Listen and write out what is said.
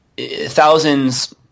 thousands